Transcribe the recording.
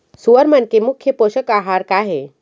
सुअर मन के मुख्य पोसक आहार का हे?